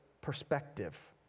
perspective